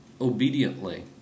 obediently